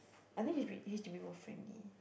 I think H D H_D_B more friendly